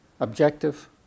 objective